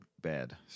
bad